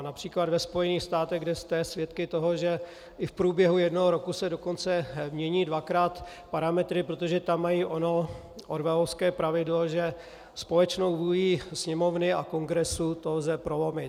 Například ve Spojených státech, kde jste svědky toho, že i v průběhu jednoho roku se dokonce mění dvakrát parametry, protože tam mají ono orwellovské pravidlo, že společnou vůlí Sněmovny a Kongresu to lze prolomit.